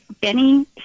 Benny